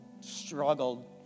Struggled